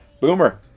Boomer